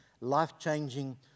life-changing